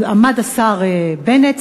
עמד השר בנט,